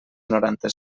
noranta